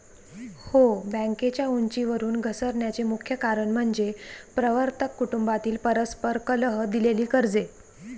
हो, बँकेच्या उंचीवरून घसरण्याचे मुख्य कारण म्हणजे प्रवर्तक कुटुंबातील परस्पर कलह, दिलेली कर्जे